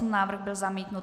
Návrh byl zamítnut.